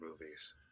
movies